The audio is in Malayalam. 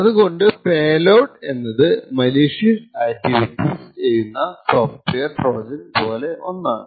അതുകൊണ്ട് പേലോഡ് എന്നത് മലീഷ്യസ് ആക്ടിവിറ്റീസ് ചെയ്യുന്ന സോഫ്റ്റ്വെയർ ട്രോജൻ പോലെ ഒന്നാണ്